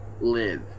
live